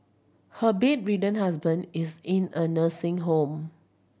her bedridden husband is in a nursing home